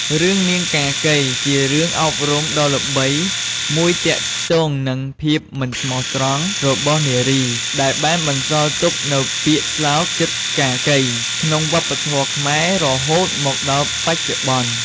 រឿង នាងកាកី ជារឿងអប់រំដ៏ល្បីមួយទាក់ទងនឹងភាពមិនស្មោះត្រង់របស់នារី ដែលបានបន្សល់ទុកនូវពាក្យស្លោក "ចិត្តកាកី" ក្នុងវប្បធម៌ខ្មែរ រហូតមកដល់បច្ចុប្បន្ន។